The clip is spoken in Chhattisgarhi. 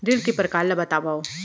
ऋण के परकार ल बतावव?